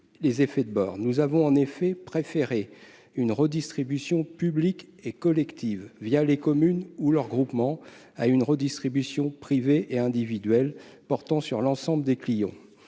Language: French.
les effets de bord. Nous avons en effet préféré une redistribution publique et collective, les communes ou leurs groupements, à une redistribution privée et individuelle portant sur l'ensemble des clients.